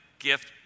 gift